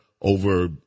over